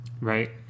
Right